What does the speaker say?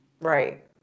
Right